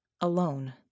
alone